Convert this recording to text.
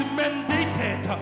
mandated